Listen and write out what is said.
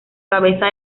cabeza